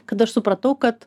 kad aš supratau kad